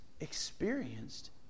experienced